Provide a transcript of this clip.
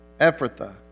Ephrathah